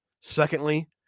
Secondly